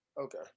Okay